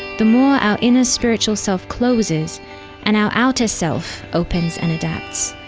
the more our inner spiritual self closes and our outer self opens and adapts.